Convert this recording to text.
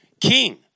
king